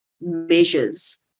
measures